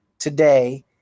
Today